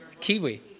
Kiwi